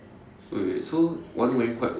wait wait wait so one wearing white